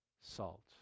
salt